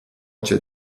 cię